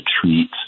treat